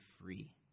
free